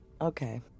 okay